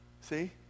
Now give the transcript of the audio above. See